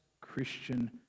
Christian